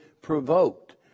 provoked